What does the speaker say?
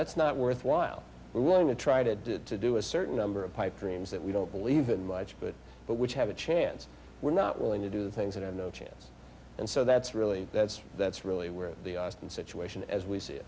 that's not worthwhile we're going to try to do a certain number of pipe dreams that we don't believe in much but but which have a chance we're not willing to do things that are no chance and so that's really that's that's really where the austin situation as we s